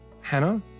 Hannah